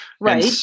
Right